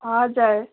हजुर